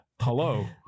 Hello